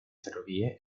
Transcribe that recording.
ferrovie